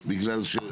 נגישים.